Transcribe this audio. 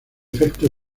efecto